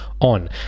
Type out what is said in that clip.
on